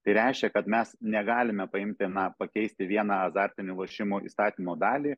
tai reiškia kad mes negalime paimti na pakeisti vieną azartinių lošimų įstatymo dalį